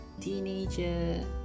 teenager